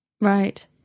Right